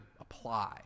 apply